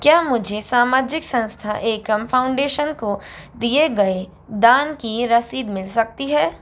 क्या मुझे सामाजिक संस्था एकम फाउंडेशन को दिए गए दान की रसीद मिल सकती है